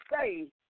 say